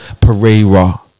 Pereira